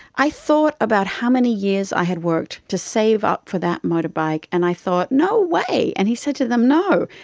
i thought about how many years i had worked to save up for that motorbike and i thought, no way. and he said to them, no.